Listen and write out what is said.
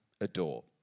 adore